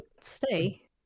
stay